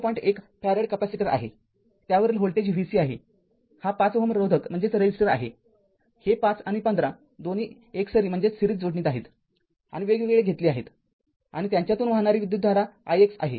१ farad capacitor आहेत्यावरील voltage VC आहेहा ५Ω रोधक आहेहे ५ आणि १५ दोन्ही एकसरी जोडणीत आहेत आणि वेगवेगळे घेतले आहेत आणि त्यांच्यातून वाहणारी विद्युतधारा ix आहे